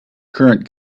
current